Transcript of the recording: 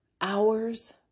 hours